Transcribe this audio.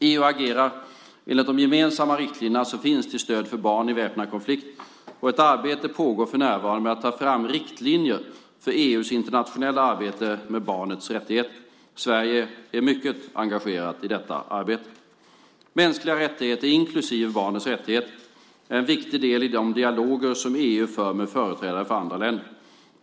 EU agerar enligt de gemensamma riktlinjer som finns till stöd för barn i väpnad konflikt, och ett arbete pågår för närvarande med att ta fram riktlinjer för EU:s internationella arbete med barnets rättigheter. Sverige är mycket engagerat i detta arbete. Mänskliga rättigheter, inklusive barnets rättigheter, är en viktig del i de dialoger som EU för med företrädare för andra länder.